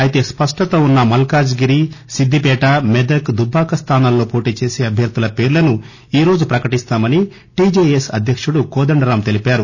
అయితే స్పష్టత ఉన్న మల్కాజ్ గిరి సిద్దిపేట మెదక్ దుబ్బాక స్థానాలల్లో పోటీ చేసే అభ్యర్థుల పేర్లను ఈరోజు ప్రకటిస్తామని టిజెఎస్ అధ్యక్తుడు కోదండరామ్ తెలిపారు